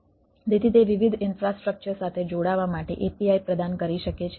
તેથી તે વિવિધ ઇન્ફ્રાસ્ટ્રક્ચર સાથે જોડાવા માટે API પ્રદાન કરી શકે છે